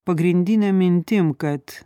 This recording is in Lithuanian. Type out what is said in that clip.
pagrindine mintim kad